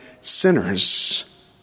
sinners